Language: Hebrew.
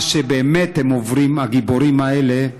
מה שבאמת הם עוברים, הגיבורים האלה,